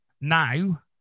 now